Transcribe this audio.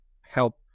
help